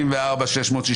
רוויזיה מס' 22,